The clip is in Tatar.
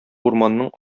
урманның